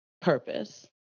purpose